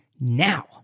now